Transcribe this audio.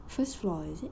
first floor is it